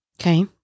Okay